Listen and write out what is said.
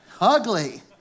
Ugly